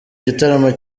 gitaramo